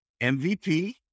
MVP